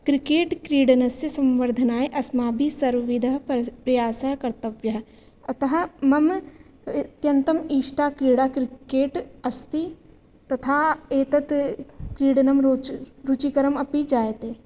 क्रिकेट्क्रीडनस्य सम्वर्धनाय अस्माभिः सर्वविधः प्रयासः कर्तव्यः अतः मम अत्यन्तम् इष्टा क्रीडा क्रिकेट् अस्ति तथा एतत् क्रीडनं रोच् रुचिकरम् अपि जायते